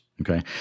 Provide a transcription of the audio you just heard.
Okay